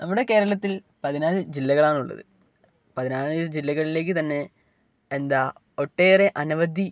നമ്മുടെ കേരളത്തിൽ പതിനാല് ജില്ലകളാണുള്ളത് പതിനാല് ജില്ലകളിലേക്കു തന്നെ എന്താ ഒട്ടേറെ അനവധി